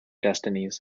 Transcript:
destinies